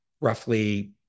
roughly